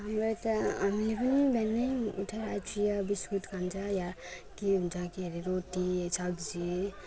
हाम्रो यता हामीले पनि बिहान उठेर चिया बिस्कुट खान्छ वा के हुन्छ के हरे रोटी सब्जी